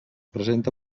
presenta